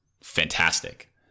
fantastic